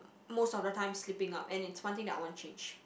most of the time slipping up and it's one thing that I want change